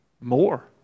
more